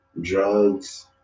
drugs